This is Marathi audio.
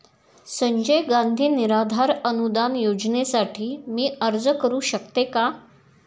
संजय गांधी निराधार अनुदान योजनेसाठी मी अर्ज करू शकते का?